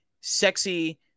sexy